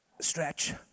stretch